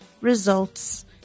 results